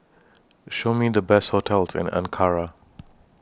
Show Me The Best hotels in Ankara